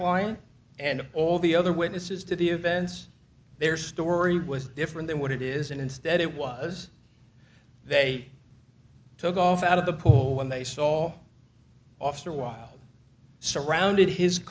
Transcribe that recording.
client and all the other witnesses to the events their story was different than what it is and instead it was they took off out of the pool when they saw officer while surrounded his